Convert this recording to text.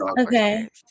okay